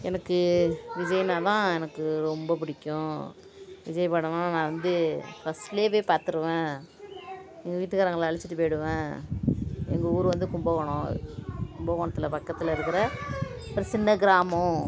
எனக்கு விஜய்ன்னாதான் எனக்கு ரொம்ப பிடிக்கும் விஜய் படம்லாம் நான் வந்து ஃபஸ்ட்லேயே போய் பார்த்துருவேன் எங்கள் வீட்டுக்காரங்களை அழைச்சிட்டு போயிடுவேன் எங்கள் ஊர் வந்து கும்பகோணம் கும்பகோணத்தில் பக்கத்தில் இருக்கிற ஒரு சின்ன கிராமம்